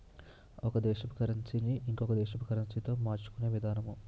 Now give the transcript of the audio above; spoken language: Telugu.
ఒక దేశపు కరన్సీ ని ఇంకొక దేశపు కరెన్సీతో మార్చుకునే విధానము